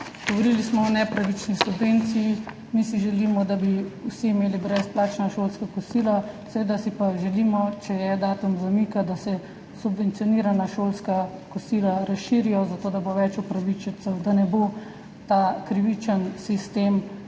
Govorili smo o nepravični subvenciji. Mi si želimo, da bi vsi imeli brezplačna šolska kosila. Seveda si pa želimo, če je datum zamika, da se subvencionirana šolska kosila razširijo zato, da bo več upravičencev, da ne bo ta krivičen sistem,